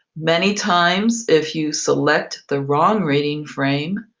many times if you select the wrong reading frame,